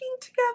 together